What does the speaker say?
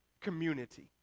community